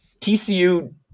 TCU